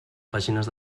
pàgines